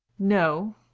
no!